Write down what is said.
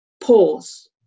pause